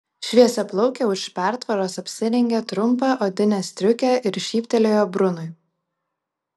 šviesiaplaukė už pertvaros apsirengė trumpą odinę striukę ir šyptelėjo brunui